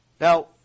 Now